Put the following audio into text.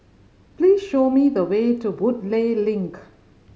please show me the way to Woodleigh Link